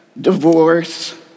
divorce